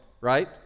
right